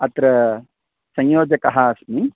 अत्र संयोजकः अस्मि